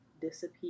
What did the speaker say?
disappear